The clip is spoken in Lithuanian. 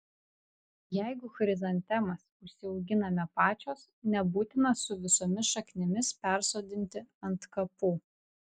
jeigu chrizantemas užsiauginame pačios nebūtina su visomis šaknimis persodinti ant kapų